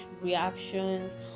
reactions